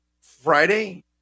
Friday